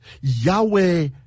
Yahweh